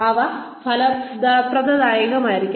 അവ പ്രതിഫലദായകമായിരിക്കണം